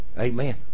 Amen